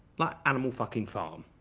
like animal-fucking-farm.